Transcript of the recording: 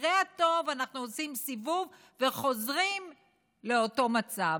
במקרה הטוב אנחנו עושים סיבוב וחוזרים לאותו מצב,